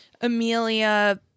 Amelia